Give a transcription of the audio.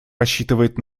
рассчитывает